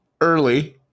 early